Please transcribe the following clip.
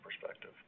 perspective